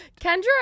Kendra